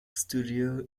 studio